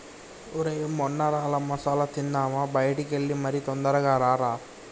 ఒరై మొన్మరాల మసాల తిందామా బయటికి ఎల్లి మరి తొందరగా రారా